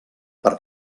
per